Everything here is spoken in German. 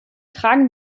tragen